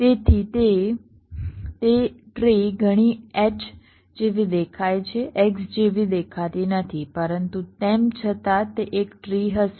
તેથી તે તે ટ્રી ઘણી H જેવી દેખાય છે X જેવી દેખાતી નથી પરંતુ તેમ છતાં તે એક ટ્રી હશે